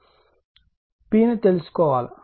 P ను తెలుసుకోవాలి